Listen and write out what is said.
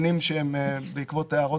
מי בעד?